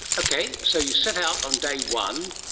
okay, so you set out on day one.